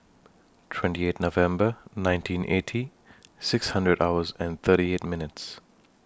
twenty eight November nineteen eighty six hundred hours and thirty eight minutes